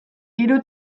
hiru